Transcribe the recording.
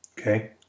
Okay